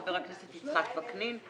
חבר הכנסת יצחק וקנין.